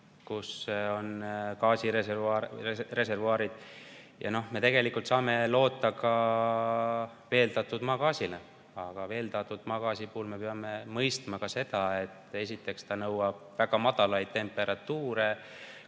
kus on gaasireservuaarid, ja me saame loota ka veeldatud maagaasile. Aga veeldatud maagaasi puhul me peame mõistma seda, et esiteks see nõuab väga madalaid temperatuure,